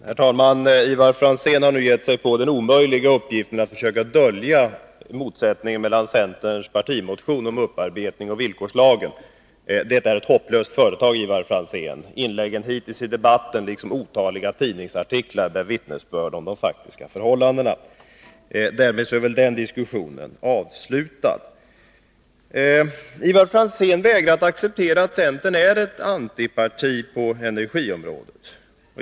Herr talman! Ivar Franzén har nu gett sig på den omöjliga uppgiften att försöka dölja motsättningen mellan centerns partimotion om upparbetning och villkorslagen. Det är ett hopplöst företag, Ivar Franzén. Inläggen hittills i debatten liksom otaliga tidningsartiklar bär vittnesbörd om de faktiska förhållandena. Därmed är väl den diskussionen avslutad. Ivar Franzén vägrar att acceptera att centern är ett antiparti på energiområdet.